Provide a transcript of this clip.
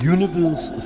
Universe